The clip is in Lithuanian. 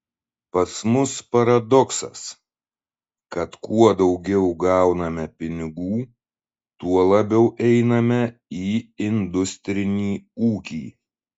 pas mus paradoksas kad kuo daugiau gauname pinigų tuo labiau einame į industrinį ūkį